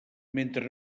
mentre